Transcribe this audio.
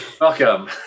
Welcome